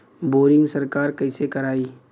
Boring सरकार कईसे करायी?